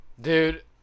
Dude